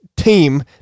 team